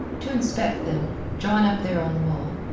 to inspect them, drawn up there on the mole,